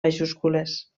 majúscules